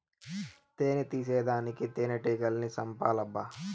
తేని తీసేదానికి తేనెటీగల్ని సంపాలబ్బా